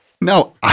No